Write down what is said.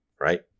right